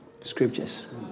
scriptures